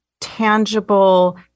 tangible